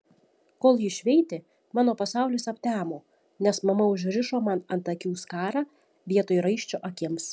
kol ji šveitė mano pasaulis aptemo nes mama užrišo man ant akių skarą vietoj raiščio akims